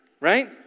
Right